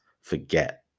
forget